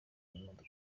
imodoka